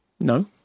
No